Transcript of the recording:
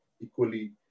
equally